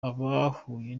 abahuye